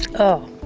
oh,